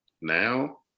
now